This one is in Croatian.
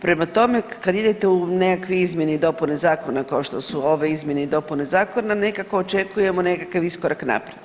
Prema tome, kad idete u nekakve izmjene i dopune zakona kao što su ove izmjene i dopune zakona nekako očekujemo nekakav iskorak naprijed.